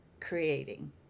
creating